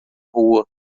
rua